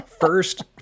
first